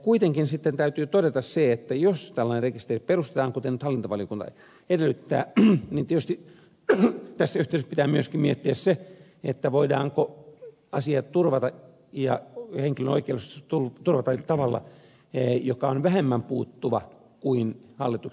kuitenkin täytyy todeta se että jos tällainen rekisteri perustetaan kuten nyt hallintovaliokunta edellyttää niin tietysti tässä yhteydessä pitää myöskin miettiä se voidaanko asiat turvata ja henkilön oikeus turvata tavalla joka on vähemmän puuttuva kuin hallituksen esityksessä